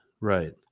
right